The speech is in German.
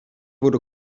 wurde